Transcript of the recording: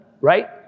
right